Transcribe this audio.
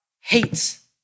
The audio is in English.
hates